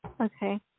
okay